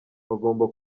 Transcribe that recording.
bagomba